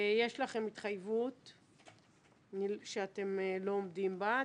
ויש לכם התחייבות שאתם לא עומדים בה.